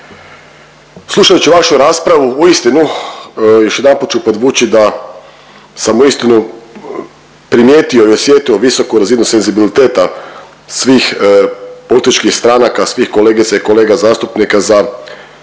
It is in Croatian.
Slušajući vašu raspravu, uistinu još jedanput ću podvući da sam uistinu primijetio i osjetio visoku razinu senzibiliteta svih političkih stranaka, svih kolegica i kolega zastupnika za